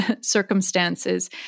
circumstances